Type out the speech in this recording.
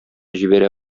җибәрә